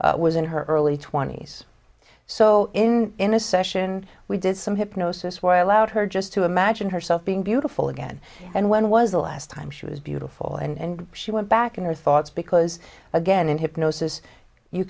beautiful was in her early twenty's so in in a session we did some hypnosis were allowed her just to imagine herself being beautiful again and when was the last time she was beautiful and she went back in her thoughts because again in hypnosis you